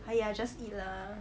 !haiya! just eat lah